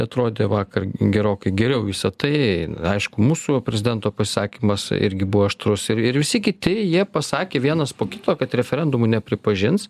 atrodė vakar gerokai geriau visa tai aišku mūsų va prezidento pasakymas irgi buvo aštrus ir ir visi kiti jie pasakė vienas po kito kad referendumų nepripažins